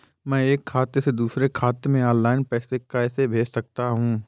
मैं एक खाते से दूसरे खाते में ऑनलाइन पैसे कैसे भेज सकता हूँ?